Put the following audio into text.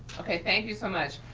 okay, thank you so much.